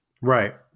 Right